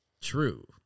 true